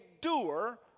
doer